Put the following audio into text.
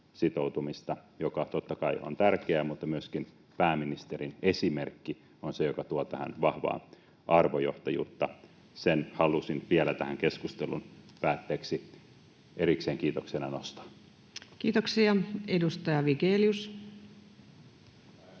sitoutumista, joka totta kai on tärkeää, mutta myöskin pääministerin esimerkki on se, joka tuo tähän vahvaa arvojohtajuutta. Sen halusin vielä tähän keskustelun päätteeksi erikseen kiitoksena nostaa. Kiitoksia. — Edustaja Vigelius.